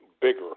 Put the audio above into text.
bigger